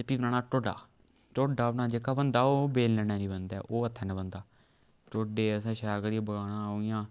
ते फ्ही बनाना टोडा टोडा बना जेह्का बनदा ओह् बेलने ने नी बनदा ऐ ओह् हत्थै ने बनदा टोडे असें शैल करियै बनाना इ'यां